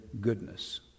goodness